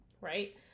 Right